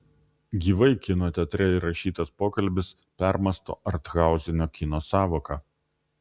gyvai kino teatre įrašytas pokalbis permąsto arthausinio kino sąvoką